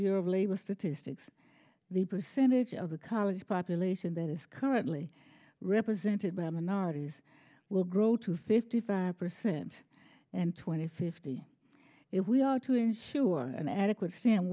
bureau of labor statistics the percentage of the college population that is currently represented by minorities will grow to fifty five percent and twenty fifty if we are to ensure an adequate